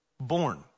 born